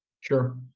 Sure